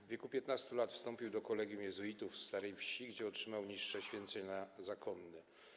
W wieku 15 lat wstąpił do kolegium jezuitów w Starej Wsi, gdzie otrzymał niższe święcenia zakonne.